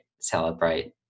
celebrate